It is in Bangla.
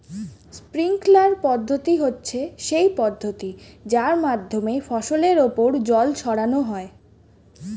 স্প্রিঙ্কলার পদ্ধতি হচ্ছে সেই পদ্ধতি যার মাধ্যমে ফসলের ওপর জল ছড়ানো হয়